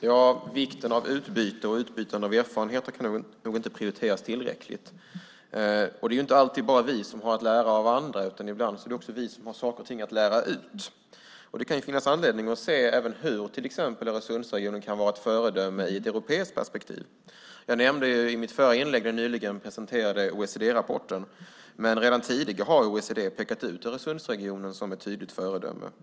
Herr talman! Vikten av utbyte av erfarenheter kan inte nog betonas. Det är inte alltid bara vi som har att lära av andra, utan ibland är det vi som har något att lära ut. Det kan finnas anledning att se hur Öresundsregionen kan vara ett föredöme i ett europeiskt perspektiv. Jag nämnde den nyligen presenterade OECD-rapporten i mitt förra inlägg, men redan tidigare har OECD pekat ut Öresundsregionen som ett tydligt föredöme.